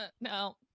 no